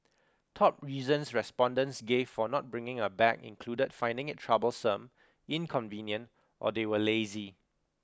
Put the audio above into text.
top reasons respondents gave for not bringing a bag included finding it troublesome inconvenient or they were lazy